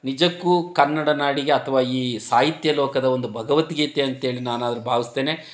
ನಿಜಕ್ಕೂ ಕನ್ನಡ ನಾಡಿಗೆ ಅಥವಾ ಈ ಸಾಹಿತ್ಯ ಲೋಕದ ಒಂದು ಭಗವದ್ಗೀತೆ ಅಂತೇಳಿ ನಾನು ಅದು ಭಾವಿಸ್ತೇನೆ